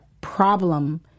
problem